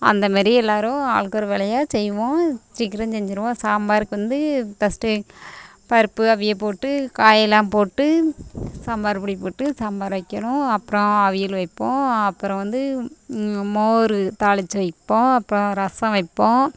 அந்த மாரி எல்லாேரும் ஆளுக்கொரு வேலையாக செய்வோம் சீக்கிரம் செஞ்சுருவோம் சாம்பாருக்கு வந்து ஃபஸ்ட்டே பருப்பு அவிய போட்டு காயெல்லாம் போட்டு சாம்பார் பொடி போட்டு சாம்பார் வைக்கிறோம் அப்புறோம் அவியல் வைப்போம் அப்புறம் வந்து மோர் தாளித்து வைப்போம் அப்புறம் ரசம் வைப்போம்